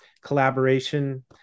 collaboration